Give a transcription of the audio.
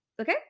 okay